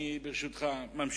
אני, ברשותך, ממשיך.